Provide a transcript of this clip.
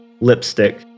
lipstick